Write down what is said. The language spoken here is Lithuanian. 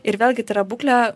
ir vėlgi tai yra būklė